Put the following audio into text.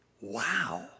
wow